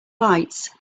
lights